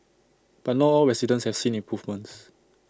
but not all residents have seen improvements